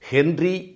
Henry